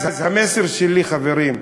אז המסר שלי, חברים: